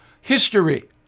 history